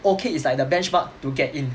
okay it's like the benchmark to get in